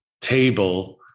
table